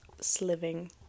Sliving